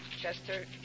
Chester